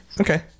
okay